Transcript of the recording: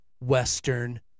Western